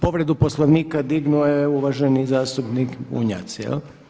Povredu Poslovnika dignuo je uvaženi zastupnik Bunjac, jel'